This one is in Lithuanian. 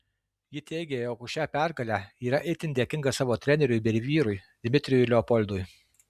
ji teigia jog už šią pergalę yra itin dėkinga savo treneriui bei vyrui dmitrijui leopoldui